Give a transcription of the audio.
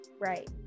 Right